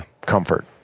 comfort